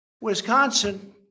Wisconsin